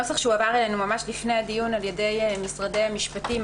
הנוסח שהועבר אלינו ממש לפני הדיון על ידי משרדי המשפטים,